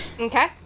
Okay